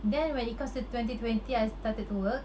then when it comes to twenty twenty I started to work